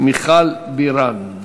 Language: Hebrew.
מיכל בירן.